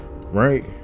right